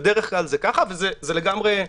בדרך כלל זה ככה, וזה לגמרי לגיטימי.